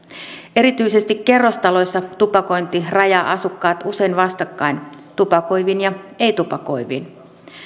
erityisesti kerrostaloissa tupakointi rajaa asukkaat usein vastakkain tupakoiviin ja ei tupakoiviin